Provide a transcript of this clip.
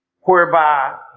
Whereby